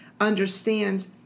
understand